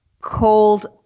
Called